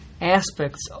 aspects